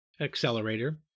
accelerator